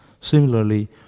Similarly